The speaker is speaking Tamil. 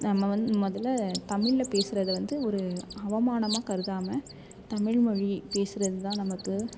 நம்ம வந்து முதல்ல தமிழில் பேசுறத வந்து ஒரு அவமானமாக கருதாமல் தமிழ் மொழி பேசுறதுதான் நமக்கு